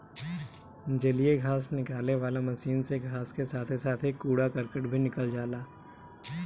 जलीय घास निकाले वाला मशीन से घास के साथे साथे कूड़ा करकट भी निकल जाला